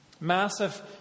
Massive